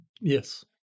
Yes